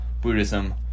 Buddhism